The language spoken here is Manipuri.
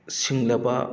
ꯁꯤꯡꯂꯕ